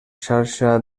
xarxa